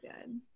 good